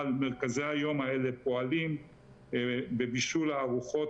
אבל מרכזי היום האלה פועלים בבישול הארוחות